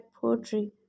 poetry